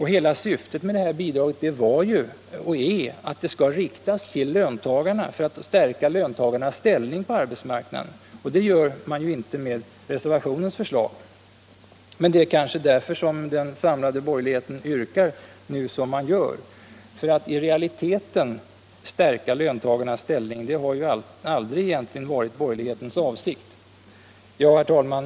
Hela syftet med bidraget var och är att det skall riktas till löntagarna för att stärka deras ställning på arbetsmarknaden. Det gör man inte med resservationens förslag. Men det är kanske därför som den samlade borgerligheten nu yrkar som man gör. Att i realiteten stärka löntagarnas ställning har egentligen aldrig varit borgerlighetens avsikt. Herr talman!